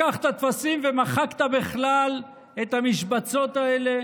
לקחת טפסים ומחקת בכלל את המשבצות האלה